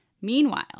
Meanwhile